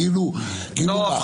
כאילו מה?